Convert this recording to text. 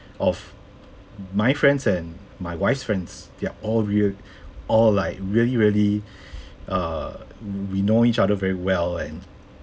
of my friends and my wife's friends they're all real all like really really err we know each other very well and